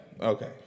Okay